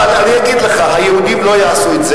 אבל אני אגיד לך, היהודים לא יעשו את זה.